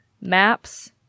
maps